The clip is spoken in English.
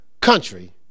country